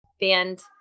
band